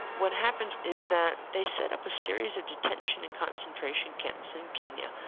what happens is that they set up a series of detention and concentration camps in kenya,